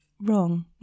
wrong